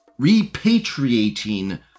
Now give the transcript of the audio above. repatriating